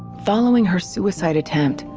following her suicide attempt,